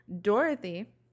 Dorothy